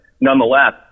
nonetheless